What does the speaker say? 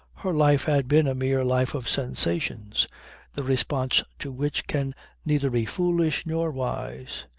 her life had been a mere life of sensations the response to which can neither be foolish nor wise.